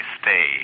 stay